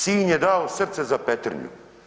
Sinj je dao srce za Petrinju.